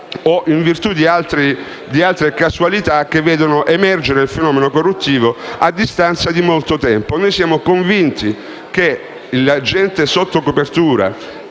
o per altre casualità che vedono emergere il fenomeno corruttivo a distanza di molto tempo. Ribadisco che gli agenti sotto copertura